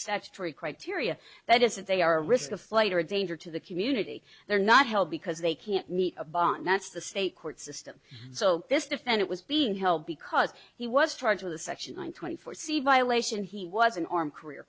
statutory criteria that is if they are a risk of flight or a danger to the community they're not held because they can't meet a bond that's the state court system so this defend it was being held because he was charged with the section twenty four c violation he was an armed career